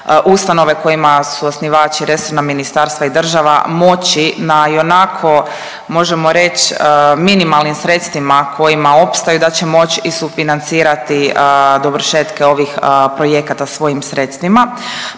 ustanove kojima su osnivači resorni ministarstva i država, moći na ionako možemo reći, minimalnim sredstvima kojima opstaju da će moći i sufinancirati dovršetke ovih projekata svojim sredstvima,